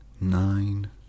nine